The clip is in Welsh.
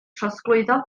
trosglwyddo